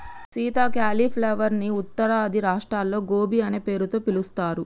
Sita cauliflower ని ఉత్తరాది రాష్ట్రాల్లో గోబీ అనే పేరుతో పిలుస్తారు